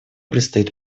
предстоит